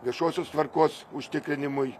viešosios tvarkos užtikrinimui